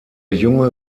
junge